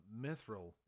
Mithril